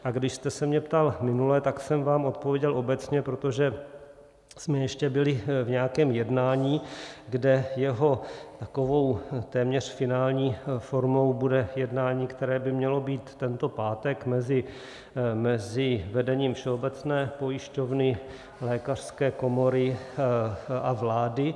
A když jste se mě ptal minule, tak jsem vám odpověděl obecně, protože jsme ještě byli v nějakém jednání, kde jeho takovou téměř finální formou bude jednání, které by mělo být tento pátek mezi vedením všeobecné pojišťovny, Lékařské komory a vlády.